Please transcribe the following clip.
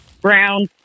brown